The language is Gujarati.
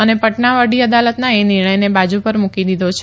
અને પટના વડી અદાલતના એ નિર્ણયને બાજુ પર મૂકી દીધો છે